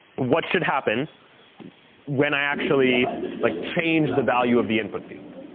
what should happen when i actually like change the value of the input field?